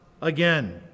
again